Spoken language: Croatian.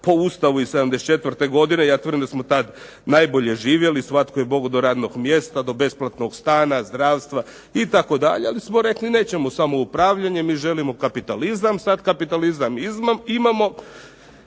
po Ustavu iz '74. godine, ja tvrdim da smo tada najbolje živjeli, svatko je mogao do radnog mjesta, do besplatnog stana, zdravstva itd. ali smo rekli nećemo samoupravljanje, mi želimo kapitalizam. Sada kapitalizam imamo, ali